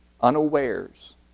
unawares